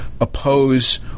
oppose